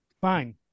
Fine